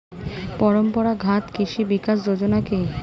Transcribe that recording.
পরম্পরা ঘাত কৃষি বিকাশ যোজনা কি?